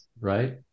Right